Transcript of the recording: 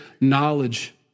knowledge